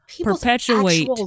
perpetuate